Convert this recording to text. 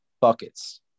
buckets